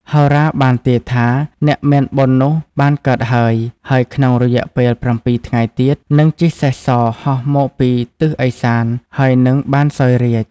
ហោរាបានទាយថា អ្នកមានបុណ្យនោះបានកើតហើយ ហើយក្នុងរយៈពេល ៧ ថ្ងៃទៀត នឹងជិះសេះសហោះមកពីទិសឦសាន ហើយនឹងបានសោយរាជ្យ ។